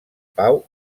pau